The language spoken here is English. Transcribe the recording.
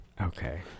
Okay